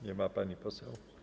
Nie ma pani poseł?